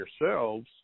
yourselves